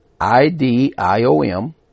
I-D-I-O-M